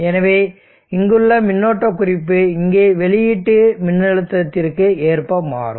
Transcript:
எனவே இங்குள்ள மின்னோட்ட குறிப்பு இங்கே வெளியீட்டு மின்னழுத்தத்திற்கு ஏற்ப மாறும்